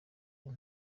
ubu